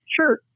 Sure